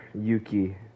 Yuki